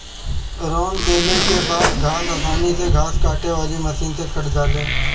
रौंद देले के बाद घास आसानी से घास काटे वाली मशीन से काटा जाले